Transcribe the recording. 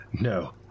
No